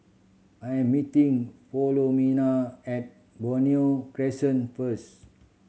I am meeting Filomena at Benoi Crescent first